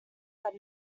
had